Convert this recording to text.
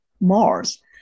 Mars